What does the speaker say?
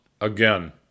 again